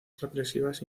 represivas